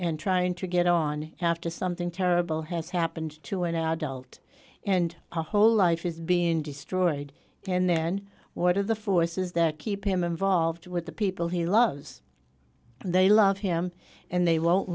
and trying to get on after something terrible has happened to an adult and her whole life is being destroyed and then what are the forces that keep him involved with the people he loves and they love him and they won't